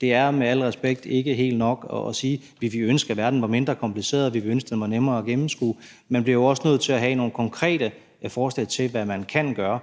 Det er med al respekt ikke helt nok at sige: Vi ville ønske, at verden var mindre kompliceret, og vi ville ønske, den var nemmere at gennemskue. Man bliver jo også nødt til at have nogle konkrete forslag til, hvad man kan gøre.